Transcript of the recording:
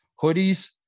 hoodies